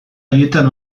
haietan